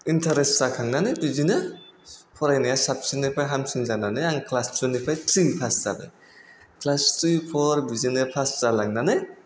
interest जाखांनानै बिदिनो फरायनाया साबसिननिफ्राय हामसिन जानानै आं क्लास थुनिफ्राय थ्रि फास जादों क्लास थ्रि फर बिदिनो फास जालांनानै